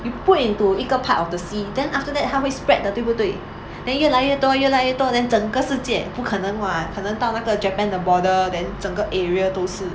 you put into 一个 part of the sea then after that 它会 spread 的对不对 then 越来越多越来越多 then 整个世界不可能 [what] 可能到那个 japan 的 border then 整个 area 都是